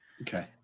okay